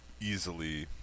easily